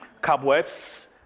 cobwebs